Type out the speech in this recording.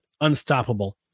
unstoppable